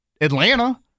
Atlanta